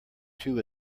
two